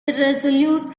irresolute